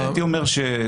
הייתי אומר ש-30%-20%.